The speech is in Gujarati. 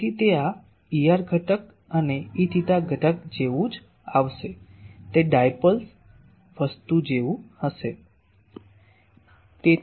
તેથી તે આ Er ઘટક અને Eθ ઘટક જેવું જ આવશે તે ડાયપોલ્સ વસ્તુ જેવું હશે